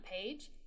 page